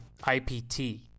IPT